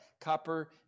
copper